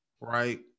right